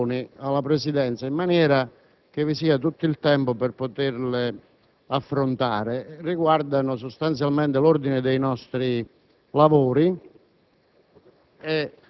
alcune questioni alla Presidenza in maniera che vi sia tutto il tempo per poterle affrontare. Esse riguardano sostanzialmente l'ordine dei nostri lavori